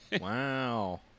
Wow